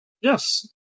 Yes